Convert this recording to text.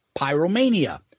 Pyromania